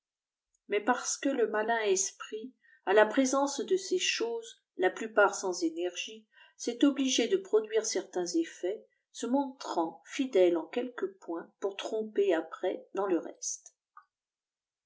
mais parce que le malin esprit à te présence dé ces ehosès la plupart sans énergie s'est obligé de produire tei ttéi effets se mootrant fidèle en quelque point pour tromper après dans le reste